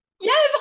Yes